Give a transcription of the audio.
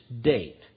date